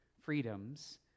freedoms